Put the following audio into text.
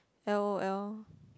l_o_l